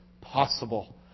possible